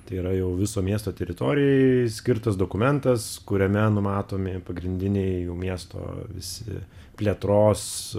tai yra jau viso miesto teritorijai skirtas dokumentas kuriame numatomi pagrindiniai jau miesto visi plėtros